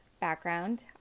background